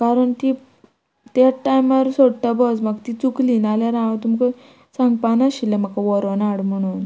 कारण ती त्याच टायमार सोडटा बस म्हाका ती चुकली नाल्यार हांव तुमकां सांगपा नाशिल्लें म्हाका व्हरोन हाड म्हणून